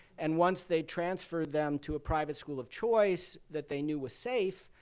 and once they transferred them to a private school of choice that they knew was safe,